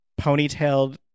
ponytailed